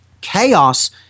Chaos